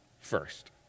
first